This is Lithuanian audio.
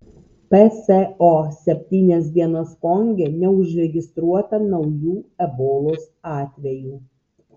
pso septynias dienas konge neužregistruota naujų ebolos atvejų